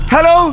Hello